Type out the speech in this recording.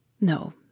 No